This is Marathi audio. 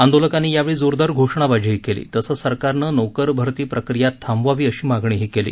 आंदोलकांनी यावेळी जोरदार घोषणाबाजी केली तसंच सरकारनं नोकर भरती प्रक्रिया थांबवावी अशी मागणीही केली